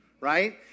right